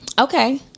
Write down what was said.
Okay